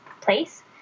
place